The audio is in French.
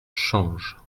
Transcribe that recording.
change